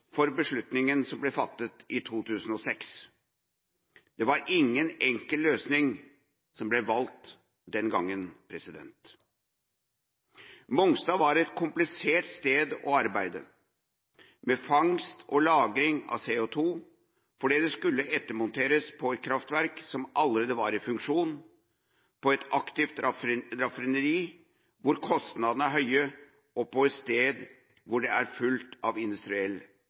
for beslutninga som ble fattet i 2006. Det var ingen enkel løsning som ble valgt den gangen. Mongstad var et komplisert sted å arbeide med fangst og lagring av CO2 fordi det skulle ettermonteres på et kraftverk som allerede var i funksjon, på et aktivt raffineri, hvor kostnadene er høye, og på et sted hvor det er fullt av industriell